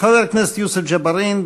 חבר הכנסת יוסף ג'בארין,